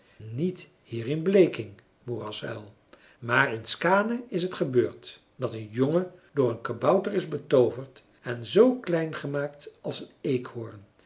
niet hier in bleking moerasuil maar in skaane is t gebeurd dat een jongen door een kabouter is betooverd en zoo klein gemaakt als een eekhoorn